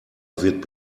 wird